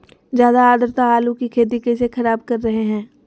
ज्यादा आद्रता आलू की खेती कैसे खराब कर रहे हैं?